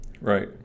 Right